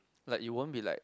like you won't be like